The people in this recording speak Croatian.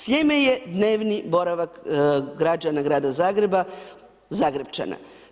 Sljeme je dnevni boravak građana grada Zagreba, Zagrepčana.